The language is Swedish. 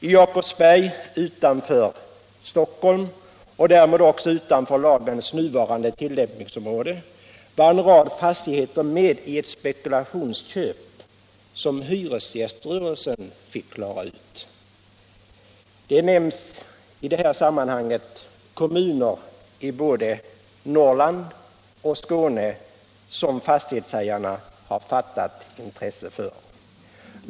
I Jakobsberg utanför Stockholm och därmed också utanför lagens nuvarande tillämpningsområde var en rad fastigheter med i ett spekulationsköp som hyresgäströrelsen fick klara ut. I detta sammanhang nämns kommuner i båda Norrland och Skåne som fastighetshajarna fattat intresse för.